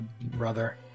brother